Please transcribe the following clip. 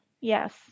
Yes